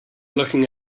looking